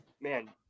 man